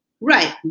Right